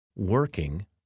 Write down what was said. Working